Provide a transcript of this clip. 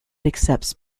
accepts